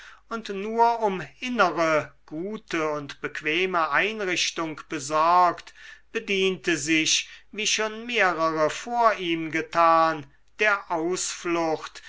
und nur um innere gute und bequeme einrichtung besorgt bediente sich wie schon mehrere vor ihm getan der ausflucht